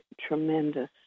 tremendous